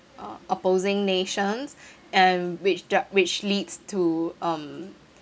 uh opposing nations and which dra~ which leads to um